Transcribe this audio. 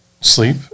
sleep